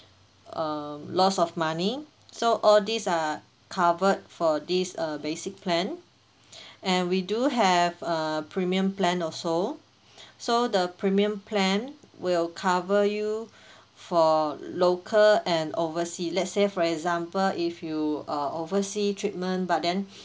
um loss of money so all these are covered for this uh basic plan and we do have a premium plan also so the premium plan will cover you for local and oversea let's say for example if you uh oversea treatment but then